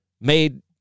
made